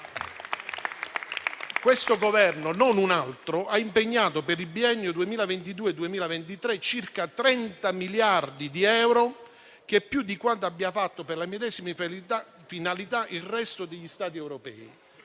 Questo Governo, non un altro, ha impegnato per il biennio 2022-2023 circa 30 miliardi di euro, che è più di quanto abbia fatto per la medesima finalità il resto degli Stati europei.